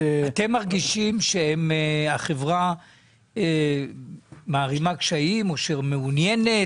האם אתם מרגישים שהחברה מערימה קשיים או שאתם מרגישים שהיא מעוניינת?